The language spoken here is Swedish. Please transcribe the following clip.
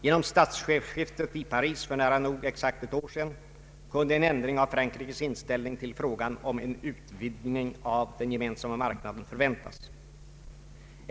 Genom statschefsskiftet i Paris för nära nog exakt ett år sedan kunde en ändring av Frankrikes inställning till frågan om en utvidgning av den gemensamma marknaden förväntas.